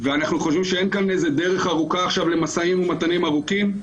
אנחנו חושבים שאין כאן דרך ארוכה למשאים ומתנים ארוכים.